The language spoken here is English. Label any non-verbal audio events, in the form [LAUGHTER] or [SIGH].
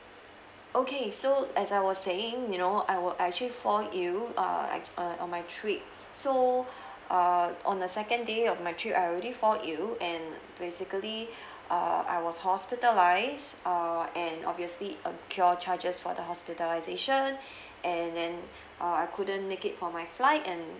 okay so as I was saying you know I were actually fall ill uh ac~ uh on my trip so err on the second day of my trip I already fall ill and basically [BREATH] err I was hospitalise err and obviously occur charges for the hospitalisation [BREATH] and then err I couldn't make it for my flight and